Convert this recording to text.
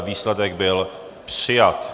Výsledek: byl přijat.